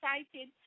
excited